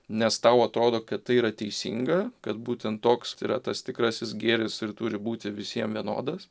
nes tau atrodo kad tai yra teisinga kad būtent toks yra tas tikrasis gėris ir turi būti visiems vienodas